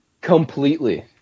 Completely